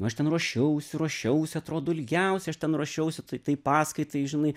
nu aš ten ruošiausi ruošiausi atrodo ilgiausiai aš ten ruošiausi tai tai paskaitai žinai